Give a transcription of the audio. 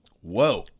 Whoa